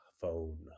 phone